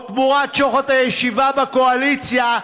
או תמורת שוחד הישיבה בקואליציה,